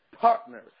partners